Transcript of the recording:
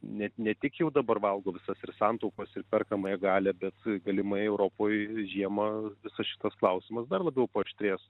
ne ne tik jau dabar valgo visas ir santaupas ir perkamąją galią bet galimai europoj žiemą visas šitas klausimas dar labiau paaštrės